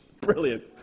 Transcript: Brilliant